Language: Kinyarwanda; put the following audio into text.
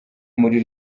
muri